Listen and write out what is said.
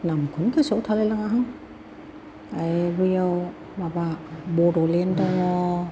मुंखौनो गोसोयाव थालाय लाङा आं आरो बैयाव माबा बड'लेण्ड दङ